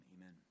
amen